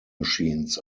machines